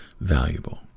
valuable